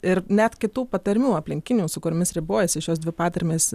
ir net kitų patarmių aplinkinių su kuriomis ribojasi šios dvi patarmės